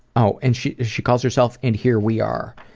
oh, and she she calls herself and here we are.